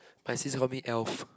my sis call me elf